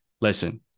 Listen